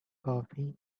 coffee